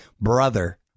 brother